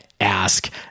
ask